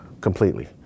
completely